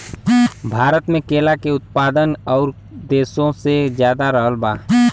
भारत मे केला के उत्पादन और देशो से ज्यादा रहल बा